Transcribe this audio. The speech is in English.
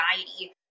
anxiety